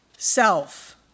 Self